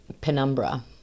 Penumbra